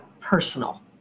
personal